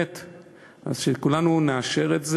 שכולנו נאשר את זה.